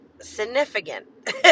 significant